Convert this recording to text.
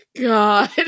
God